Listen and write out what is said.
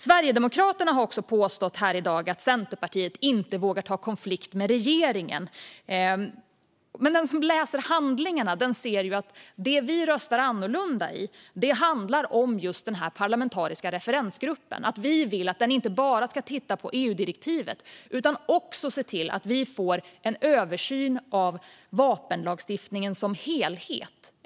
Sverigedemokraterna har påstått här i dag att Centerpartiet inte vågar ta en konflikt med regeringen. Men den som läser handlingarna ser att det som vi röstar annorlunda om handlar om just den parlamentariska referensgruppen. Vi vill att den inte bara ska titta på EU-direktivet, utan vi vill också få en översyn av vapenlagstiftningen som helhet.